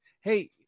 Hey